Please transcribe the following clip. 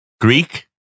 Greek